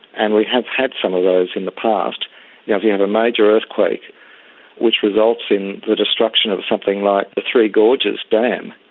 and we have had some of those in the past yeah you have a major earthquake which results in the destruction of something like the three gorges dam,